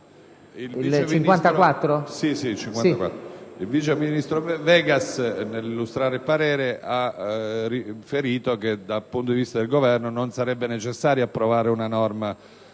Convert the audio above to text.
Il vice ministro Vegas, nell'illustrare il suo parere, ha riferito che dal punto di vista del Governo non sarebbe necessaria una norma